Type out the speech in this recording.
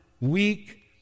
weak